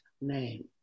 name